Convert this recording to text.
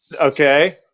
Okay